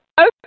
Okay